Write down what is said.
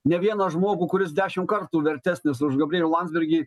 ne vieną žmogų kuris dešim kartų vertesnis už gabrielių landsbergį